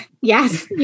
yes